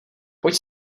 pojď